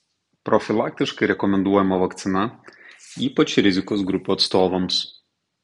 profilaktiškai rekomenduojama vakcina ypač rizikos grupių atstovams